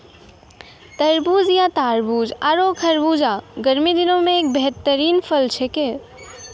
तरबूज या तारबूज आरो खरबूजा गर्मी दिनों के एक बेहतरीन फल छेकै